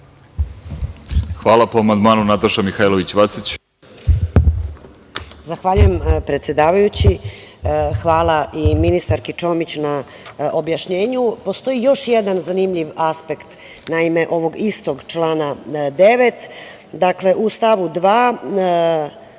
Vacić. **Nataša Mihailović Vacić** Zahvaljujem predsedavajući. Hvala i ministarki Čomić na objašnjenju. Postoji još jedan zanimljiv aspekt ovog istog člana 9. Dakle, u stavu 2.